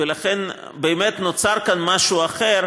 ולכן באמת נוצר כאן משהו אחר,